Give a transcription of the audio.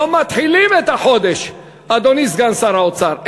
הם לא מתחילים את החודש, אדוני סגן שר האוצר.